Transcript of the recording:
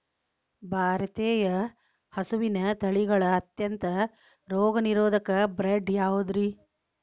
ಭಾರತೇಯ ಹಸುವಿನ ತಳಿಗಳ ಅತ್ಯಂತ ರೋಗನಿರೋಧಕ ಬ್ರೇಡ್ ಯಾವುದ್ರಿ?